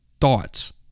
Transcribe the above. thoughts